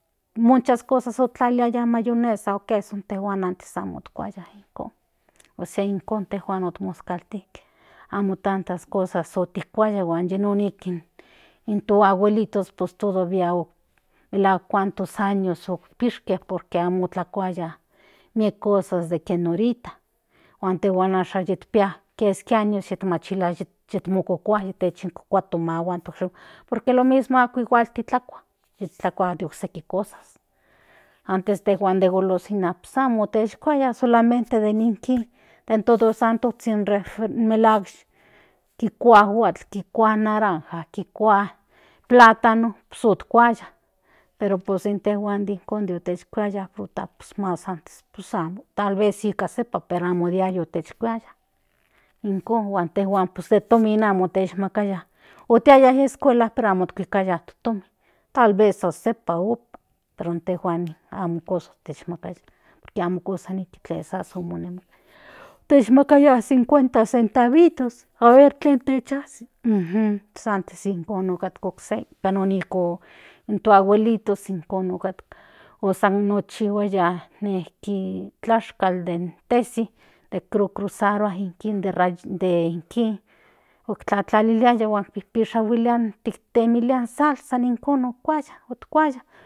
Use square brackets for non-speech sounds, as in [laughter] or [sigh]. Mucas cosas otlaliliaya mayones o queso pero intejuan antes amo kuaya ósea ijkon intejuan monakistilke amo tantas cosa otikuaya de non in to abuelitos pues todavía melahuak cuantos años oshpiske por que amo tlakuaya miek cosas de ken ahoriyta huan tejuan ahora keski años yeka machilia yimokokua to mahuan por que lo mismo ako igual titlakua tetlakuati okseki cosas antes de golosinas pues amo motechkuaya solamente de todo santo kikua naranja kikua plátano pues otkuaya pero pues intejua ijkon mokuaya fruta mas antes pues amo tal vez ika sepa pero amo diario otechkuaya ijkon intejuan mas se tomin amo techmakaya otiaya in escuela pero amo kuikaya no tomin tal vez san sepa ome pero in tejuan amo cosa techmakaya techmakaya 50 centavitos aver ken techazi uj [hesitation] pues antes ijkon otkaya okse in to abuelitos ijkon otkatka pues nochihuaya nejki tlashkal den tesi crocrozarua in de ijkin otlatlaliliaya pishahuilia tiktemilia salsaa ijkon otkuaya.